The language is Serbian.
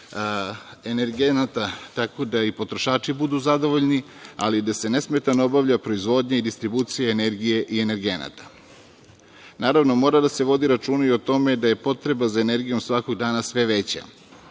energenata, tako da i potrošači budu zadovoljni, ali da se nesmetano obavlja proizvodnja i distribucija energije i energenata. Naravno, mora da se vodi i računa o tome da je potreba za energijom svakog dana sve veća